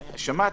שמעתי.